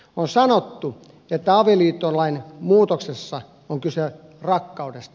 on sanottu että avioliittolain muutoksessa on kyse rakkaudesta